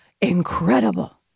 incredible